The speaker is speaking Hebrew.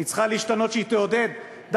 היא צריכה להשתנות בכך שהיא תעודד דווקא